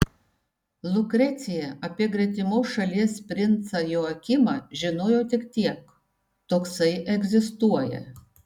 lukrecija apie gretimos šalies princą joakimą žinojo tik tiek toksai egzistuoja